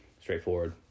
straightforward